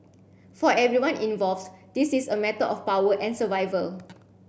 for everyone involved this is a matter of power and survival